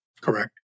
Correct